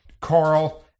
Carl